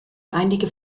einige